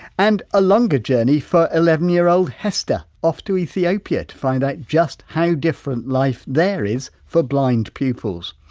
and a longer journey for eleven yr old hester of to ethiopia, to find out just how different life there is for blind pupils!